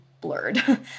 blurred